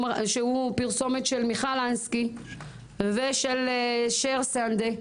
שהוא פרסומת של מיכל אנסקי ושל שר סנדה,